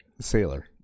sailor